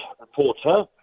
reporter